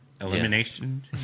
Elimination